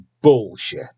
bullshit